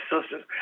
sisters